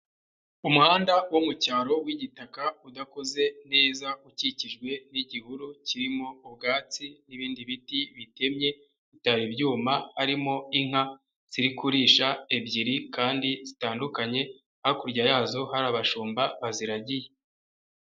Umuhanda wo mu cyaro w'igitaka udakoze neza, ukikijwe n'igihuru kirimo ubwatsi n'ibindi biti bitemye bitari ibyuma, arimo inka ziri kurisha ebyiri kandi zitandukanye, hakurya yazo hari abashumba baziragiye.